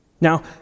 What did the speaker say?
Now